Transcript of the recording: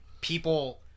people